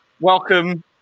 Welcome